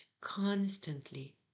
constantly